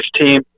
team